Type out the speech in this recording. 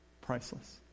Priceless